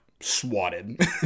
swatted